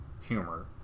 humor